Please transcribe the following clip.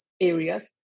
areas